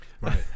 Right